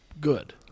good